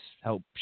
help